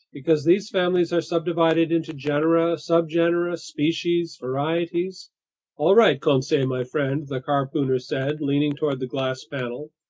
because these families are subdivided into genera, subgenera, species, varieties all right, conseil my friend, the harpooner said, leaning toward the glass panel,